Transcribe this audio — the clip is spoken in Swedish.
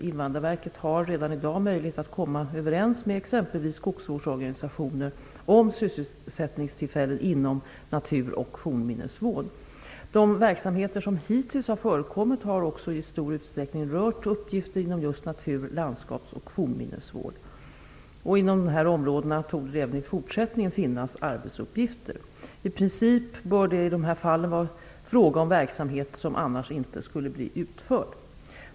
Invandrarverket har redan i dag möjlighet att komma överens med exempelvis skogsvårdsorganisationer om sysselsättningstillfällen inom natur och fornminnesvård. De verksamheter som hittills har förekommit har också i stor utsträckning rört uppgifter inom just natur-, landskaps och fornminnesvård. Inom dessa områden torde det även i fortsättningen finnas arbetsuppgifter. I princip bör det i dessa fall vara fråga om verksamhet som annars inte skulle bli utförd.